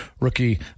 rookie